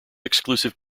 exclusive